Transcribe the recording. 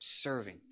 Serving